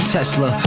Tesla